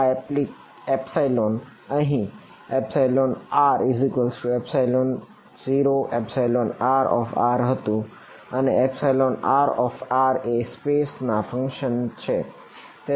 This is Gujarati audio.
આ એપ્સિલોન અહીં r0rr હતું અને rr એ સ્પેસ છે